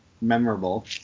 memorable